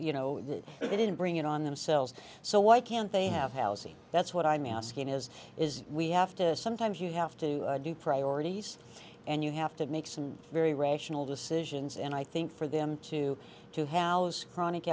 you know that they didn't bring it on themselves so why can't they have housie that's what i'm asking is is we have to sometimes you have to do priorities and you have to make some very rational decisions and i think for them to to h